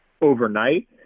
overnight